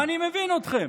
ואני מבין אתכם,